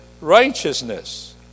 righteousness